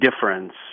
difference